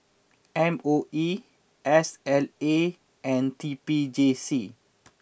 M O E S L A and T P J C